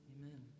Amen